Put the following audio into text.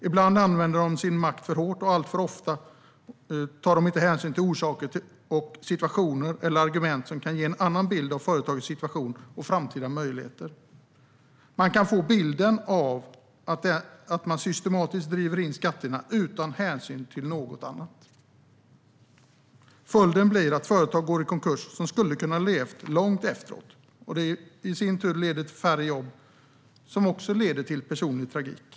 Ibland använder de sin makt för hårt, och alltför ofta tar de inte hänsyn till orsaker till situationer eller till argument som kan ge en annan bild av företagets situation och framtida möjligheter. Man kan få bilden av att de systematiskt driver in skatterna utan hänsyn till något annat. Följden blir att företag som skulle ha kunnat leva länge går i konkurs. Det leder i sin tur till färre jobb och till personliga tragedier.